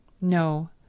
No